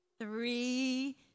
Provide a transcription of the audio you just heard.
Three